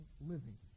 living